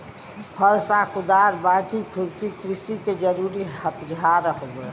फरसा, कुदार, बाकी, खुरपी कृषि के जरुरी हथियार हउवे